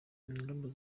ingimbi